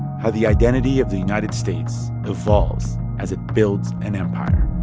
how the identity of the united states evolves as it builds an empire